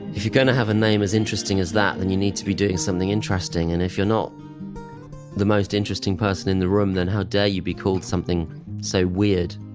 if you're going to have a name as interesting as that, then you need to be doing something interesting and if you're not the most interesting person in the room then how dare you be called something so weird